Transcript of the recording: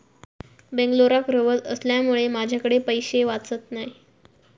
बेंगलोराक रव्हत असल्यामुळें माझ्याकडे पैशे वाचत नाय